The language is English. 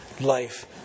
life